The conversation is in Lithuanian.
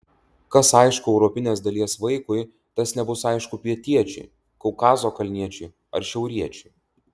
kas aišku europinės dalies vaikui tas nebus aišku pietiečiui kaukazo kalniečiui ar šiauriečiui